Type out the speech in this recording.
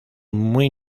muy